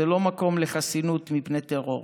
זה לא מקום לחסינות מפני טרור.